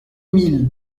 mille